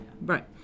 Right